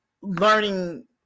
learning